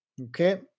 Okay